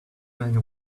man